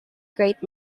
great